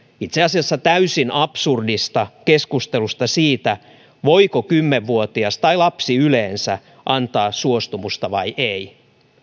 itse asiassa täysin absurdista keskustelusta siitä voiko kymmenvuotias tai lapsi yleensä antaa suostumusta vai ei